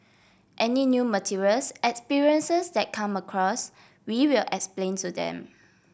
any new materials experiences that come across we will explain to them